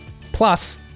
Plus